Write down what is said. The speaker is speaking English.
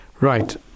Right